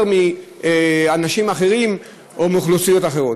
יותר מאנשים אחרים או מאוכלוסיות אחרות.